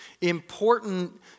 important